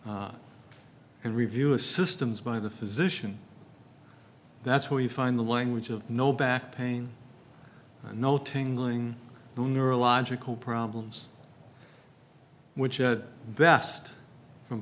and review a systems by the physician that's where you find the language of no back pain no tingling neurological problems which at best from